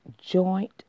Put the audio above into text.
joint